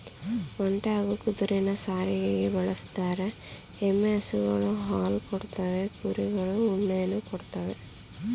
ಒಂಟೆ ಹಾಗೂ ಕುದುರೆನ ಸಾರಿಗೆಗೆ ಬಳುಸ್ತರೆ, ಎಮ್ಮೆ ಹಸುಗಳು ಹಾಲ್ ಕೊಡ್ತವೆ ಕುರಿಗಳು ಉಣ್ಣೆಯನ್ನ ಕೊಡ್ತವೇ